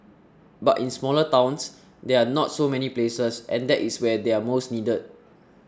but in smaller towns there are not so many places and that is where they are most needed